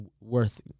worth